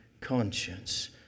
conscience